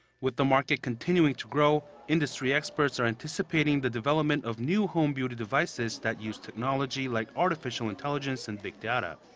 with the market continuing to grow, industry experts are anticipating the development of new home beauty devices that use technology like artificial intelligence and big data.